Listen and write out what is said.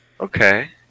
Okay